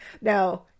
Now